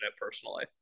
personally